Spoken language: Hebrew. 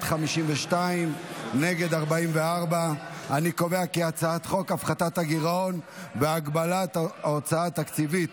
הצעת חוק הפחתת הגירעון והגבלת ההוצאה התקציבית